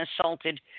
assaulted